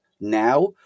now